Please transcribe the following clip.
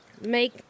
make